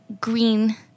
Green